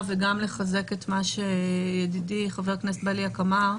וגם לחזק את מה שידידי חבר הכנסת בליאק אמר,